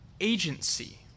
Agency